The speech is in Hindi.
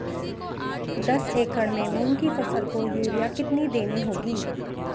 दस एकड़ में मूंग की फसल को यूरिया कितनी देनी होगी?